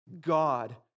God